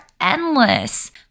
endless